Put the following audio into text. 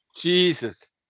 Jesus